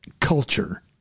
culture